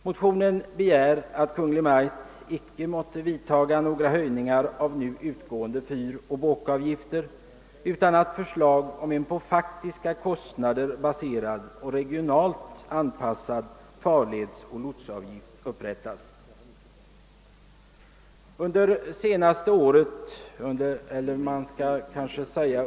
Motionärerna begär att »Kungl. Maj:t inte måtte vidtaga några höjningar av nu utgående fyroch båkavgifter utan att förslag om en på de faktiska kostnaderna baserad, regionalt anpassad, farledsoch lotsavgift» upprättas.